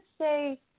say